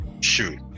shoot